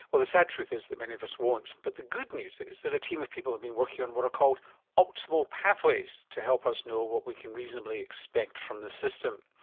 well, the sad truth is that many of us won't. but the good news is that a team of people have been working on what are called optimal pathways to help us know what we can reasonably expect from the system.